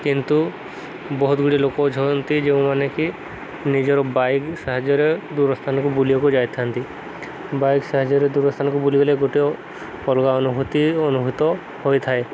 କିନ୍ତୁ ବହୁତ ଗୁଡ଼ିଏ ଲୋକ ଥାଅନ୍ତି ଯେଉଁମାନେ କି ନିଜର ବାଇକ୍ ସାହାଯ୍ୟରେ ଦୂରସ୍ଥାନକୁ ବୁଲିବାକୁ ଯାଇଥାନ୍ତି ବାଇକ୍ ସାହାଯ୍ୟରେ ଦୂରସ୍ଥାନକୁ ବୁଲିଗଲେ ଗୋଟେ ଅଲଗା ଅନୁଭୂତି ଅନୁଭୂତ ହୋଇଥାଏ